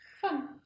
fun